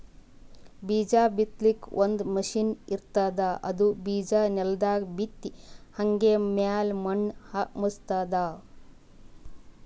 ಬೀಜಾ ಬಿತ್ತಲಾಕ್ ಒಂದ್ ಮಷಿನ್ ಇರ್ತದ್ ಅದು ಬಿಜಾ ನೆಲದಾಗ್ ಬಿತ್ತಿ ಹಂಗೆ ಮ್ಯಾಲ್ ಮಣ್ಣ್ ಮುಚ್ತದ್